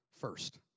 first